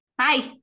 Hi